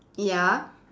ya